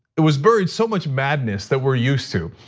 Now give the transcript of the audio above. it was birthed so much madness that we're used to.